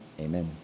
amen